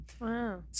Wow